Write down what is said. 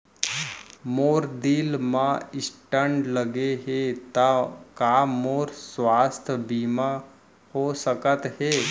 मोर दिल मा स्टन्ट लगे हे ता का मोर स्वास्थ बीमा हो सकत हे?